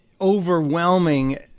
overwhelming